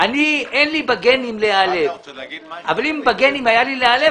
אין לי בגנים להיעלב אבל אם בגנים היה לי להיעלב,